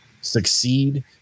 succeed